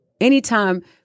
Anytime